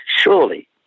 surely